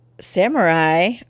samurai